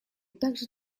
также